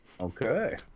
Okay